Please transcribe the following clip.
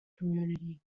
community